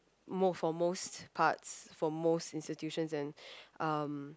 mo~ for most parts for most institutions and um